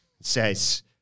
says